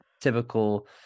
typical